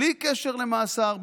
בלי קשר למאסר,